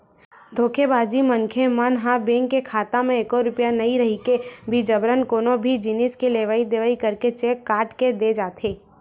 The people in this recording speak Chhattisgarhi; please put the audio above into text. धोखेबाज मनखे मन ह बेंक के खाता म एको रूपिया नइ रहिके भी जबरन कोनो भी जिनिस के लेवई देवई करके चेक काट के दे जाथे